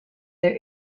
their